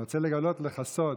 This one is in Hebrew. אני רוצה לגלות לך סוד: